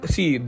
See